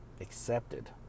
accepted